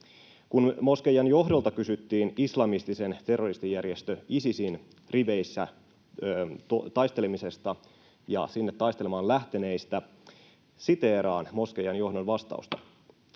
Kun moskeijan johdolta kysyttiin islamistisen terroristijärjestö Isisin riveissä taistelemisesta ja sinne taistelemaan lähteneistä, siteeraan moskeijan johdon vastausta: